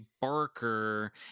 Barker